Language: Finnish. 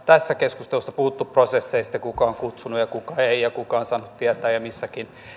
tässä keskustelussa puhuttu prosesseista kuka on kutsunut ja kuka ei ja kuka on saanut tietää ja missäkin